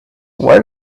where